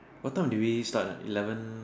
what time did we start ah eleven